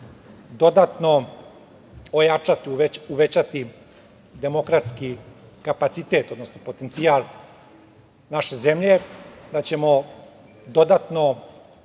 dodatno ojačati, uvećati demokratski kapacitet, odnosno potencijal naše zemlje, da ćemo dodatno